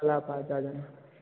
कल आप आ जाना